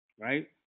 right